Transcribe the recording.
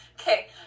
Okay